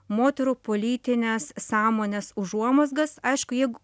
moterų politinės sąmonės užuomazgas aišku jeigu